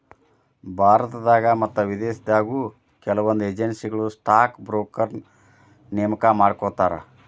ಭಾರತದಾಗ ಮತ್ತ ವಿದೇಶದಾಗು ಕೆಲವೊಂದ್ ಏಜೆನ್ಸಿಗಳು ಸ್ಟಾಕ್ ಬ್ರೋಕರ್ನ ನೇಮಕಾ ಮಾಡ್ಕೋತಾರ